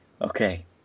Okay